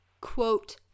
quote